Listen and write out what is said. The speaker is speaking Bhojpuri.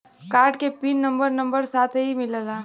कार्ड के पिन नंबर नंबर साथही मिला?